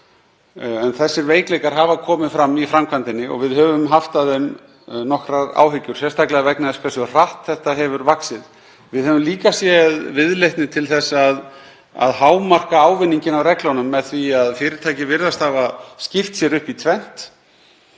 Þessir veikleikar hafa komið fram í framkvæmdinni og við höfum haft af þeim nokkrar áhyggjur, sérstaklega vegna þess hversu hratt þetta hefur vaxið. Við höfum líka séð viðleitni til þess að hámarka ávinninginn af reglunum með því að fyrirtæki virðast hafa skipt sér upp í tvennt